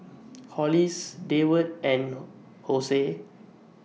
Hollis Deward and Jose